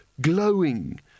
glowing